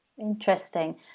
interesting